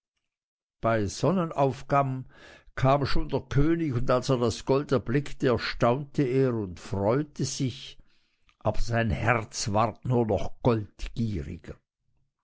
bei sonnenaufgang kam schon der könig und als er das gold erblickte erstaunte er und freute sich aber sein herz ward nur noch